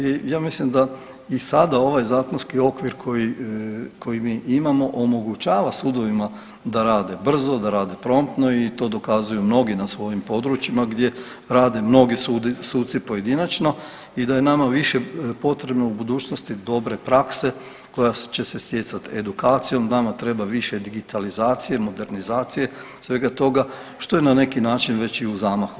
I ja mislim da i sada ovaj zakonski okvir koji mi imamo omogućava sudovima da rade brzo, da rade promptno i to dokazuju mnogi na svojim područjima gdje rade mnogi suci pojedinačno i da je nama više potrebno u budućnosti dobre prakse koja će se stjecati edukacijom, nama treba više digitalizacije, modernizacije, svega toga što je na neki način već i u zamahu.